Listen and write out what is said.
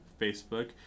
Facebook